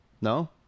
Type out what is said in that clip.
No